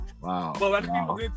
Wow